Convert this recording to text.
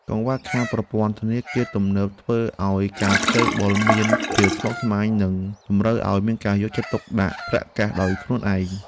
កង្វះខាតប្រព័ន្ធធនាគារទំនើបធ្វើឱ្យការខ្ចីបុលមានភាពស្មុគស្មាញ និងតម្រូវឱ្យមានការទុកដាក់ប្រាក់កាសដោយខ្លួនឯង។